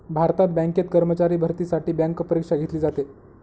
भारतात बँकेत कर्मचारी भरतीसाठी बँक परीक्षा घेतली जाते